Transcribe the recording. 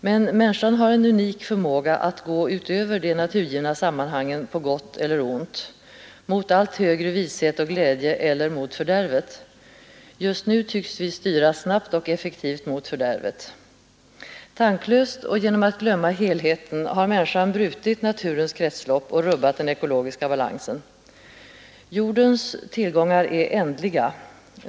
Men människan har en unik förmåga att gå utöver de naturgivna sammanhangen på gott eller ont, mot allt högre vishet och glädje eller mot fördärvet. Just nu tycks vi styra snabbt och effektivt mot fördärvet. Tanklöst och genom att glömma helheten har människan brutit naturens kretslopp och rubbat den ekologiska balansen. Jordens tillgångar är ändliga.